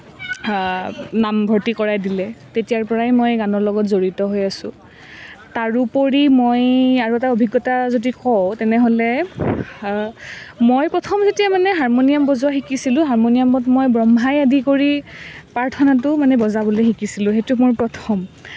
নামভৰ্তি কৰাই দিলে তেতিয়াৰ পৰাই মই গানৰ লগত জড়িত হৈ আছোঁ তাৰোপৰি মই আৰু এটা অভিজ্ঞতা যদি কওঁ তেনেহ'লে মই প্ৰথম যেতিয়া মানে হাৰমনিয়াম বজোৱা শিকিছিলোঁ হাৰমনিয়ামত মই ব্ৰহ্মা আদি কৰি প্ৰাৰ্থনাটো মানে বজাবলৈ শিকিছিলোঁ সেইটো মোৰ প্ৰথম